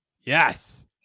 Yes